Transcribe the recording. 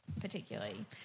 particularly